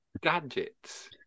gadgets